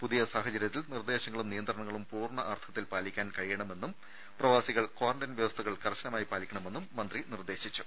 പുതിയ സാഹചര്യത്തിൽ നിർദേശങ്ങളും നിയന്ത്രണങ്ങളും പൂർണ അർത്ഥത്തിൽ പാലിക്കാൻ കഴിയണണെന്നും പ്രവാസികൾ ക്വാറന്റൈൻ വ്യവസ്ഥകൾ കർശനമായി പാലിക്കണമെന്നും മന്ത്രി നിർദേശിച്ചു